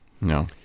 no